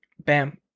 Bam